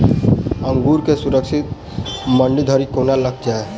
अंगूर केँ सुरक्षित मंडी धरि कोना लकऽ जाय?